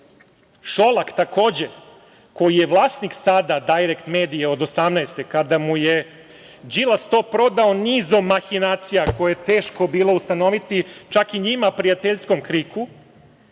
Gori. Šolak, takođe koji je vlasnik sada "Dajrekt medije" od 2018, kada mu je Đilas to prodao nizom mahinacija koje je teško bilo ustanoviti čak i njima prijateljskom kriku.